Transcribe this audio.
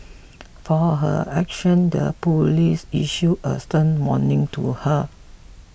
for her actions the police issued a stern warning to her